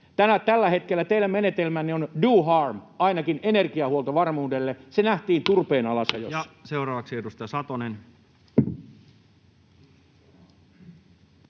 Tällä hetkellä teidän menetelmänne on ”do harm”, ainakin energiahuoltovarmuudelle. Se nähtiin [Puhemies